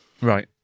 Right